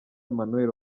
emmanuel